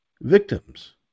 victims